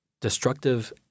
destructive